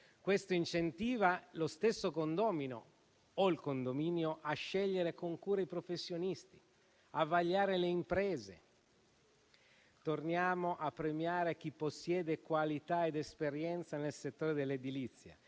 Questo incentiva lo stesso condomino o il condominio a scegliere con cura i professionisti, a vagliare le imprese. Torniamo a premiare chi possiede qualità ed esperienza nel settore dell'edilizia